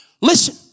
Listen